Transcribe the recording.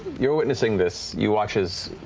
you're witnessing this. you watch as,